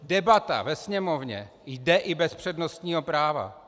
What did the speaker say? Debata ve Sněmovně jde i bez přednostního práva.